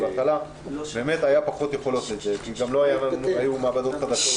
כי בהתחלה באמת היו פחות יכולות לעשות את זה כי לא היו מעבדות חדשות,